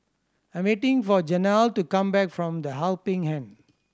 I'm waiting for Janell to come back from The Helping Hand